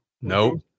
No